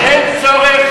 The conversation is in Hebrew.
השר אמר שאין צורך,